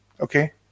okay